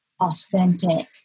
authentic